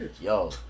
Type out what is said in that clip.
Yo